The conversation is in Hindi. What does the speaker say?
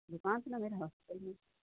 दुकान से हॉस्पिटल में